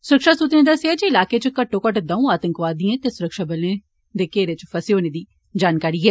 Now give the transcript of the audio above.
सुरक्षा सूत्रें दस्सेया जे इलाके च घट्टो घट्ट दौऊ आतंकवादियें दे सुरक्षाबलें दे घेरे च फसे दे होने दी जानकारी ऐ